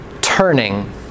turning